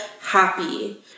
happy